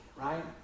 right